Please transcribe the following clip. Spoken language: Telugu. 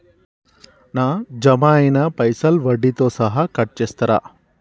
నా జమ అయినా పైసల్ వడ్డీతో సహా కట్ చేస్తరా?